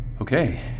Okay